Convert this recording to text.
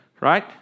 Right